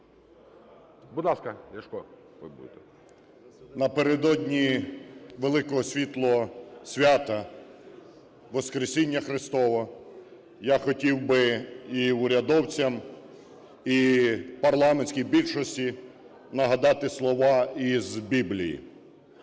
Напередодні великого світлого свята Воскресіння Христова я хотів би і урядовцям, і парламентській більшості нагадати слова із Біблії: